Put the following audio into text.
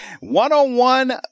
one-on-one